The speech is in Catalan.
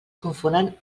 confonen